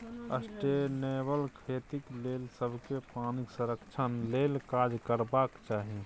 sustainable खेतीक लेल सबकेँ पानिक संरक्षण लेल काज करबाक चाही